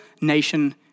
nation